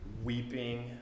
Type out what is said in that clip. weeping